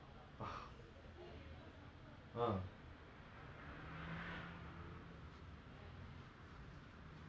and when he play badminton right because because of his height he doesn't have to jump too high to smack the shuttlecock down